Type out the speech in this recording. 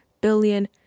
billion